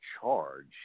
charge